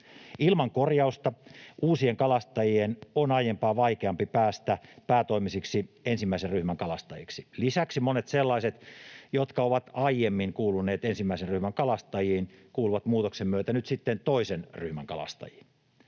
Ilman korjausta uusien kalastajien on aiempaa vaikeampi päästä päätoimisiksi ensimmäisen ryhmän kalastajiksi. Lisäksi monet sellaiset, jotka ovat aiemmin kuuluneet ensimmäisen ryhmän kalastajiin, kuuluvat muutoksen myötä nyt sitten toisen ryhmän kalastajiin.